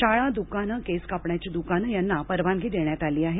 शाळा द्काने केस कापण्याची द्काने यांना परवानगी देण्यात आली आहे